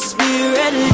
Spirit